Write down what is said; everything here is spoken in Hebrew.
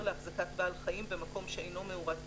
להחזקת בעל חיים במקום שאינו מאורת בידוד,